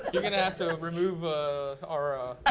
you're gonna have to and remove ah our